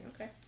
okay